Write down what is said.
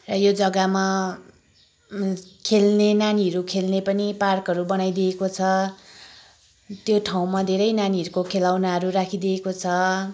र यो जग्गामा खेल्ने नानीहरू खेल्ने पनि पार्कहरू बनाइदिएको छ त्यो ठाउँमा धेरै नानीहरूको खेलाउनाहरू राखिदिएको छ